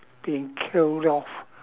being killed off